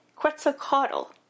Quetzalcoatl